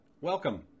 Welcome